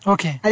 Okay